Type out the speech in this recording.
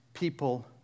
people